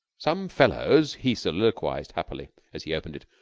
some fellows, he soliloquized happily, as he opened it,